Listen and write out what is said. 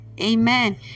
Amen